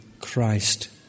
Christ